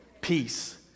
Peace